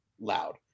loud